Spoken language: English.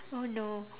oh no